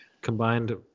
combined